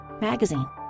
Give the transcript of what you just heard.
magazine